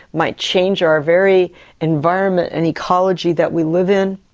might change our very environment and ecology that we live in.